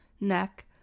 neck